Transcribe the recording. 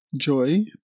joy